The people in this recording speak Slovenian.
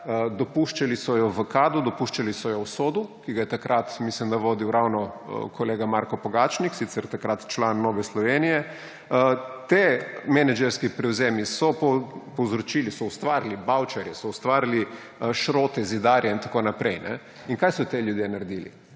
Dopuščali so jo v Kadu, dopuščali so jo v Sodu, ki ga je takrat, mislim da, vodil ravno kolega Marko Pogačnik, sicer takrat član Nove Slovenije. Ti menedžerski prevzemi so povzročili, so ustvarili Bavčarje, so ustvarili Šrote, Zidarje in tako naprej. In kaj so ti ljudje naredili?